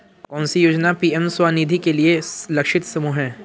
कौन सी योजना पी.एम स्वानिधि के लिए लक्षित समूह है?